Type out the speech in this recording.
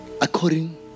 according